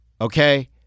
Okay